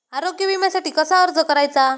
आरोग्य विम्यासाठी कसा अर्ज करायचा?